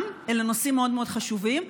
גם אלה נושאים מאוד מאוד חשובים,